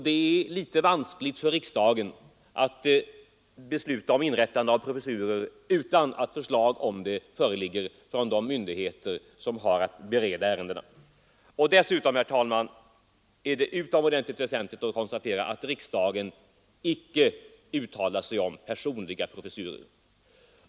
Det är litet vanskligt för riksdagen att besluta om inrättande av professurer utan att förslag om detta föreligger från de myndigheter som har att bereda ärendena. Dessutom, herr talman, är det utomordentligt väsentligt att konstatera att riksdagen icke uttalar sig om personliga professurer.